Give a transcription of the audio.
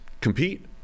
compete